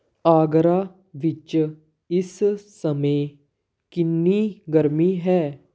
ਆਗਰਾ ਵਿੱਚ ਇਸ ਸਮੇਂ ਕਿੰਨੀ ਗਰਮੀ ਹੈ